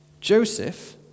Joseph